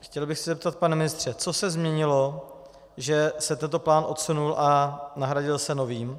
Chtěl bych se zeptat, pane ministře, co se změnilo, že se tento plán odsunul a nahradil se novým?